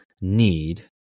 need